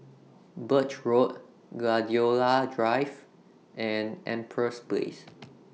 Birch Road Gladiola Drive and Empress Place